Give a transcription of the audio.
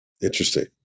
Interesting